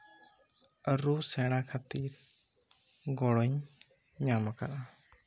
ᱨᱩ ᱥᱮᱬᱟ ᱠᱷᱟᱹᱛᱚᱨ ᱜᱚᱲᱚᱧ ᱧᱟᱢ ᱟᱠᱟᱫᱟ